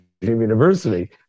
University